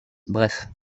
bref